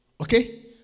Okay